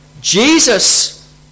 Jesus